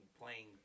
playing